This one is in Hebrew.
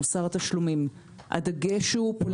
מוסר תשלומים: הדגש פה הוא